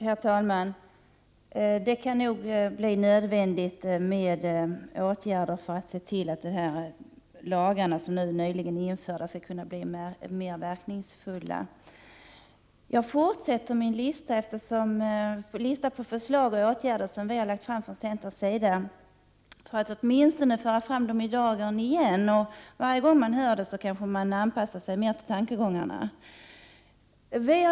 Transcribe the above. Herr talman! Det kan nog bli nödvändigt med åtgärder för att se till att de lagar som nyligen har införts skall kunna vara mer verkningsfulla. Jag fortsätter att gå igenom min lista över förslag och åtgärder som vi har lagt fram från centerns sida, för att åtminstone föra fram dem i dag igen. Den som hör det kanske anpassar sig till tankegångarna mer och mer för varje gång.